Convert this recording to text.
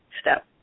step